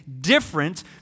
different